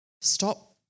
Stop